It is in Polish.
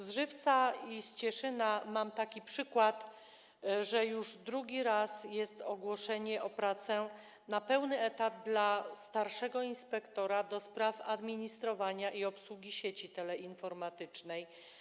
Z Żywca i z Cieszyna mam taki przykład, że już drugi raz jest ogłoszenie o pracę na pełny etat dla starszego inspektora do spraw administrowania i obsługi sieci teleinformatycznej.